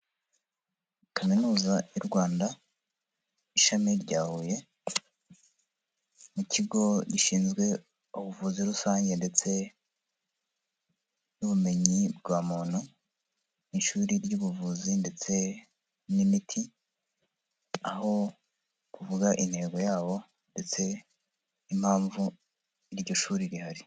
Kaminuza y'u Rwanda, Ishami rya Huye ni ikigo gishinzwe ubuvuzi rusange ndetse n'ubumenyi bwa muntu, ni ishuri ry'ubuvuzi ndetse n'imiti, aho bavuga intego yabo ndetse n'impamvu iryo shuri rihari.